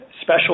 special